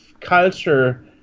culture